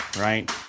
Right